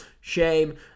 shame